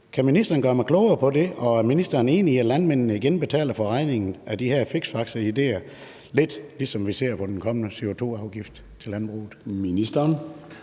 Kan ministeren gøre mig klogere på det, og er ministeren enig i, at landmændene igen betaler regningen for de her fiksfakseriidéer, lidt ligesom vi ser det med den kommende CO2-afgift til landbruget?